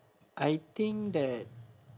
I think that